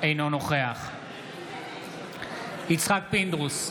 אינו נוכח יצחק פינדרוס,